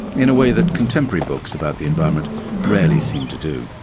in a way that contemporary books about the environment rarely seem to do.